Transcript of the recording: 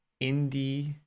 indie